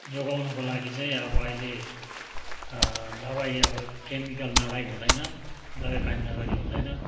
जोगाउनको लागि चाहिँ अब अहिले दबाई अब केमिकल नलगाई हुँदैन दबाईपानी नगरी हुँदैन